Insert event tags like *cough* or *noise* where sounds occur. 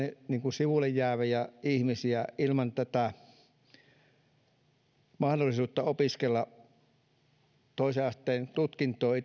sivuun jääviä ihmisiä ilman mahdollisuutta opiskella itselleen toisen asteen tutkintoa *unintelligible*